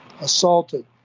assaulted